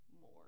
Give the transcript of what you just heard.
more